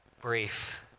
brief